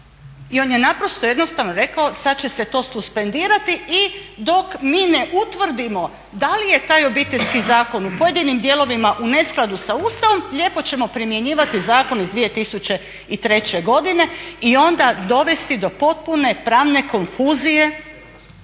i on je naprosto jednostavno rekao sada će se to suspendirati i dok mi ne utvrdimo da li je taj Obiteljski zakon u pojedinim dijelovima u neskladu sa Ustavom lijepo ćemo primjenjivati zakon iz 2003. godine i onda dovesti do potpune pravne konfuzije